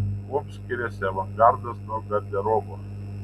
kuom skiriasi avangardas nuo garderobo